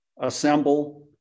assemble